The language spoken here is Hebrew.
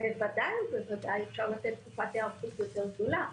ובוודאי ובוודאי שאפשר לתת תקופת היערכות יותר גדולה,